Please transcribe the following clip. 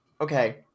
okay